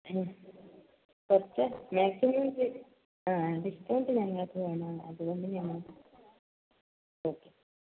ആ കുറച്ച് മാക്സിമം ഡി ഡിസ്കൗണ്ട് ഞങ്ങൾക്ക് വേണം അത് കൊണ്ട് ഞങ്ങൾ ഓക്കെ